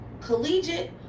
collegiate